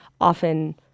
often